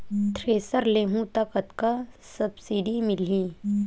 Thresher लेहूं त कतका सब्सिडी मिलही?